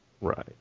Right